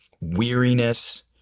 weariness